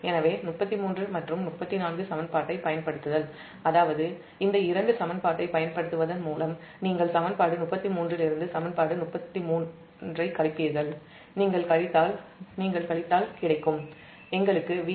எனவே 33 மற்றும் 34 சமன்பாட்டைப் பயன்படுத்துதல் அதாவது இந்த இரண்டு சமன்பாட்டைப் பயன்படுத்துவதன் மூலம் நீங்கள் சமன்பாடு 34 இலிருந்து சமன்பாடு 33 ஐக் கழிப்பீர்கள்